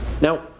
Now